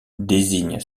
désigne